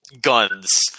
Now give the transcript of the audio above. guns